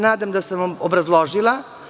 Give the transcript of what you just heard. Nadam se da sam obrazložila.